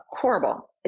horrible